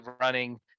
running